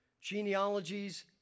genealogies